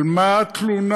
על מה התלונה?